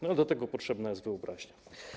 No, do tego potrzebna jest wyobraźnia.